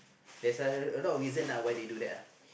there's a a lot of reason uh why they do that ah